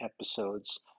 episodes